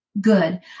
good